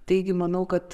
taigi manau kad